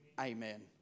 Amen